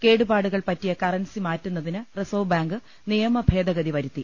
കേടുപാടുകൾ പറ്റിയ കറൻസി മാറ്റുന്നതിന് റിസർവ് ബാങ്ക് നിയമ ഭേദഗതി വരുത്തി